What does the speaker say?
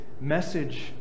message